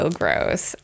gross